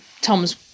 Tom's